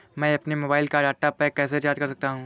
मैं अपने मोबाइल का डाटा पैक कैसे रीचार्ज कर सकता हूँ?